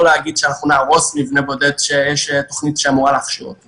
ולהגיד שנהרוס מבנה בודד כשיש תוכנית שאמורה להכשיר אותו.